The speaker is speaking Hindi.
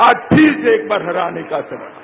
आज फिर से एक बार हराने का समय है